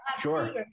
sure